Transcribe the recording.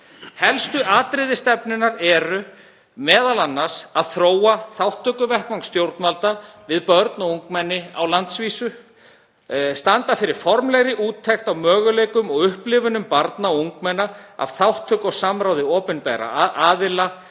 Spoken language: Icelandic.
Helstu atriði stefnunnar eru m.a. að þróa þátttökuvettvang stjórnvalda við börn og ungmenni á landsvísu, standa fyrir formlegri úttekt á möguleikum og upplifunum barna og ungmenna af þátttöku og samráði við opinbera aðila